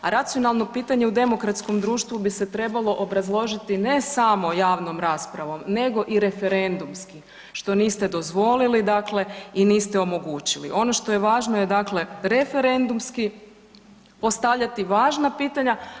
A racionalno pitanje u demokratskom društvu bi se trebalo obrazložiti ne samo javnom raspravom nego i referendumski što niste dozvolili i niste omogućili, ono što je važno referendumski postavljati važna pitanja.